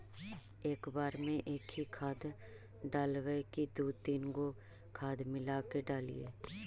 एक बार मे एकही खाद डालबय की दू तीन गो खाद मिला के डालीय?